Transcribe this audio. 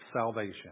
Salvation